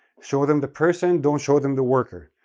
show them the person, don't show them the worker.